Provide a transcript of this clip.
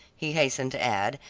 he hastened to add,